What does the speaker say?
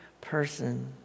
person